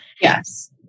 Yes